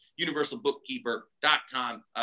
universalbookkeeper.com